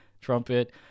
trumpet